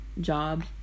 job